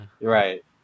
right